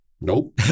nope